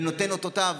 וזה נותן אץ אותותיו.